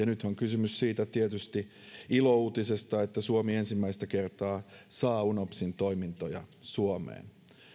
nyt on kysymys tietysti siitä ilouutisesta että suomi ensimmäistä kertaa saa unopsin toimintoja suomeen